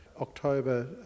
October